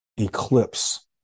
eclipse